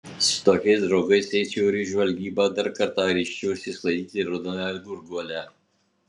su tokiais draugais eičiau ir į žvalgybą dar kartą ryžčiausi išsklaidyti raudonąją gurguolę